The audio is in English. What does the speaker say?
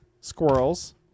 squirrels